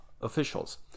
officials